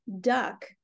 duck